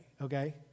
okay